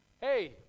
hey